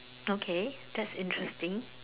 okay that's interesting